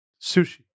sushi